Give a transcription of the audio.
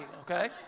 okay